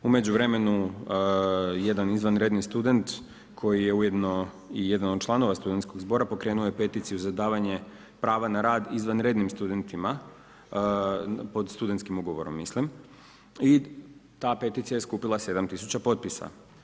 U međuvremenu jedan izvanredni student koji je ujedno i jedan od članova studentskog zbora pokrenuo je peticiju za davanje prava na rad izvanrednim studentima pod studentskim ugovorom mislim i ta peticija je skupila 7 tisuća potpisa.